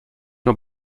nur